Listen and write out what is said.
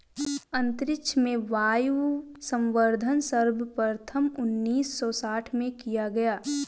अंतरिक्ष में वायवसंवर्धन सर्वप्रथम उन्नीस सौ साठ में किया गया